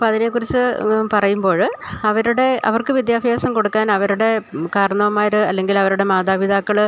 അപ്പോള് അതിനെക്കുറിച്ച് പറയുമ്പോള് അവരുടെ അവർക്കു വിദ്യാഭ്യാസം കൊടുക്കാനവരുടെ കാർണവന്മാര് അല്ലെങ്കിലവരുടെ മാതാപിതാക്കള്